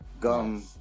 gum